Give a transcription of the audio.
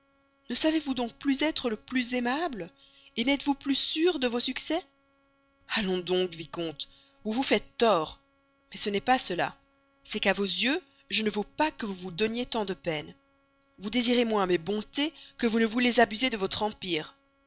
ne savez-vous donc plus être le plus aimable n'êtes-vous plus sûr de vos succès allons donc vicomte vous vous faites tort mais ce n'est pas cela c'est qu'à vos yeux je ne vaux pas que vous vous donniez tant de peine vous désirez moins mes bontés que vous ne voulez abuser de votre empire